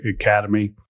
academy